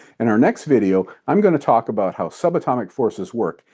in our next video, i'm going to talk about how subatomic forces work,